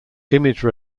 image